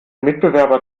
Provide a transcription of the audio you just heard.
mitbewerber